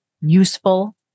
useful